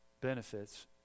benefits